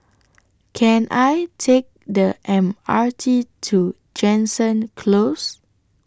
Can I Take The M R T to Jansen Close